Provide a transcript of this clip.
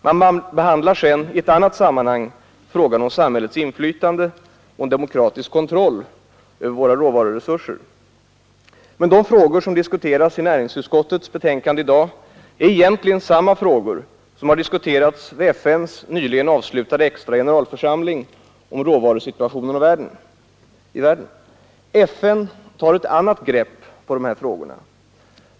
Man behandlar sedan i annat sammanhang frågan om samhällets inflytande och en demokratisk kontroll över våra råvaruresurser. De frågor som diskuteras i näringsutskottets betänkande nr 26 är egentligen samma frågor som har diskuterats vid FN:s nyligen avslutade extra generalförsamling om råvarusituationen i världen. FN tar ett annat grepp på de här frågorna.